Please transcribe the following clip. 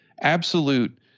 absolute